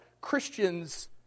Christians